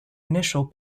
initial